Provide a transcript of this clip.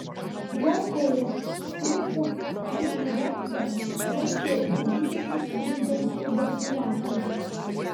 rankoje kreipdamas jį į veidą laikė nedidelį zvimbiantį ventiliatorių